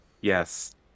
Yes